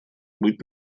быть